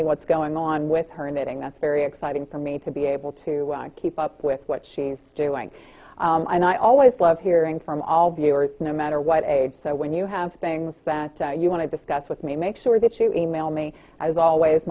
me what's going on with her knitting that's very exciting for me to be able to keep up with what she's doing and i always love hearing from all viewers no matter what age so when you have things that you want to discuss with me make sure that you e mail me as always